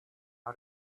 how